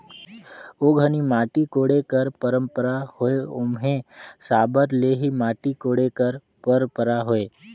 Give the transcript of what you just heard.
ओ घनी माटी कोड़े कर पंरपरा होए ओम्हे साबर ले ही माटी कोड़े कर परपरा होए